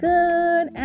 Good